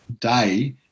day